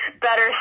better